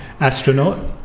Astronaut